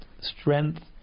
strength